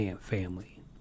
family